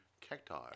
cacti